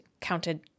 counted